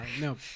no